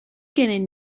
gennym